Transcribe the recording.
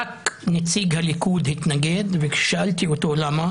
רק נציג הליכוד התנגד וכששאלתי אותו למה